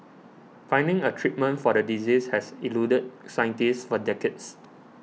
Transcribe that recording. finding a treatment for the disease has eluded scientists for decades